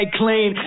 clean